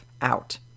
out